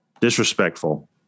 Disrespectful